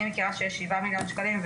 אני מכירה שיש 7 מיליון שקלים,